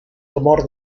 temor